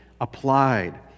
applied